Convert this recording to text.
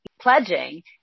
pledging